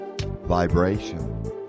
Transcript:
vibration